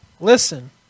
listen